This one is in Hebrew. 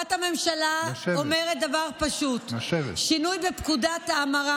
תשובת הממשלה אומרת דבר פשוט: שינוי בפקודת ההמרה